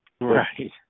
Right